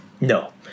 No